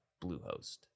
Bluehost